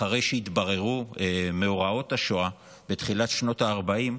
אחרי שהתבררו מאורעות השואה בתחילת שנות הארבעים,